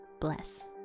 bless